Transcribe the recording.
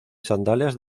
sandalias